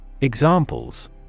Examples